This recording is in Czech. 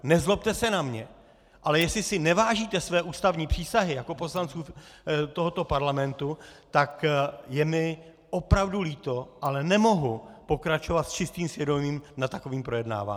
Nezlobte se na mě, ale jestli si nevážíte své ústavní přísahy jako poslanců tohoto parlamentu, tak je mi opravdu líto, ale nemohu pokračovat s čistým svědomím nad takovým projednáváním!